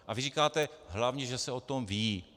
A vy říkáte: Hlavně že se o tom ví.